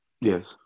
Yes